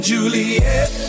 Juliet